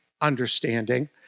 understanding